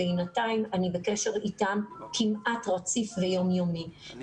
בינתיים אני בקשר רציף וכמעט יום יומי איתם,